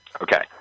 Okay